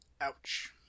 Ouch